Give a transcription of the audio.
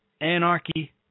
anarchy